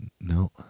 no